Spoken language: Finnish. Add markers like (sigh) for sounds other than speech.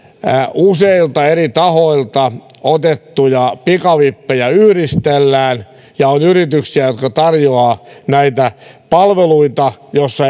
useilta eri tahoilta otettuja pikavippejä yhdistellään ja on yrityksiä jotka tarjoavat palveluita joissa (unintelligible)